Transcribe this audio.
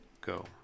go